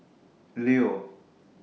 Leo